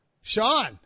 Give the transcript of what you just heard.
Sean